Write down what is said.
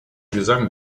gesang